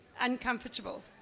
uncomfortable